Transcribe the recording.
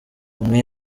umwe